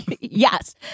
yes